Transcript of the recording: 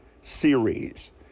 series